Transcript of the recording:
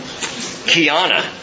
Kiana